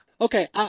Okay